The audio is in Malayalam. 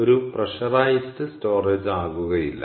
ഒരു പ്രഷറൈസ്ഡ് സ്റ്റോറേജ് ആകുകയില്ല